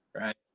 right